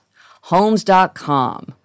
Homes.com